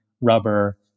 rubber